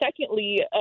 Secondly